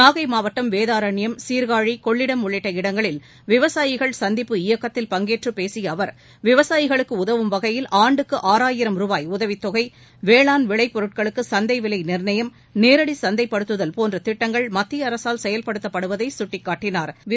நாகை மாவட்டம் வேதாரண்யம் சீர்காழி கொள்ளிடம் உள்ளிட்ட இடங்களில் விவசாயிகள் சந்திப்பு இயக்கத்தில் பங்கேற்று பேசிய அவர் விவசாயிகளுக்கு உதவும் வகையில் ஆண்டுக்கு ஆறாயிரம் ரூபாய் உதவி தொகை வேளாண் விளைப் பொருட்களுக்கு சந்தை விலை நிர்ணயம் நேரடி சந்தை படுத்துதல் போன்ற திட்டங்கள் மத்திய அரசால் செயல்படுத்தப்படுவதை சுட்டிக்காட்டினாா்